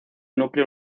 núcleo